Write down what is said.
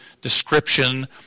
description